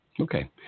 Okay